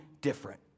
different